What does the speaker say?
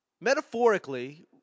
metaphorically